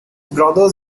brothers